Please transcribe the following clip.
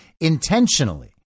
intentionally